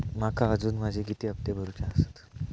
माका अजून माझे किती हप्ते भरूचे आसत?